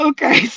Okay